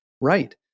right